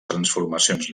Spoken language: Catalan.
transformacions